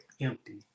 empty